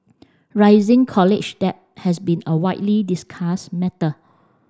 rising college debt has been a widely discussed matter